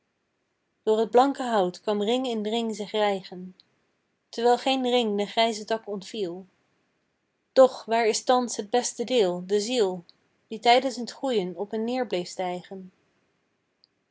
door t blanke hout kwam ring in ring zich rijgen terwijl geen ring den grijzen tak ontviel doch waar is thans het beste deel de ziel die tijdens t groeien op en neer bleef stijgen